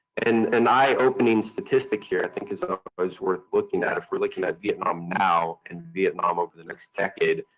and an eye-opening statistic here i think is ah ah is worth looking at if we're looking at vietnam now and vietnam over the next decade,